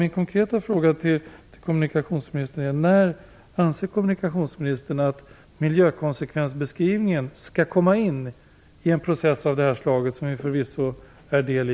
Min konkreta fråga till kommunikationsministern är: När anser kommunikationsministern att miljökonsekvensbeskrivningen skall komma in i en process av det här slaget, som vi förvisso har del i?